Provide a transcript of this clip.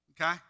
okay